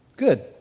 good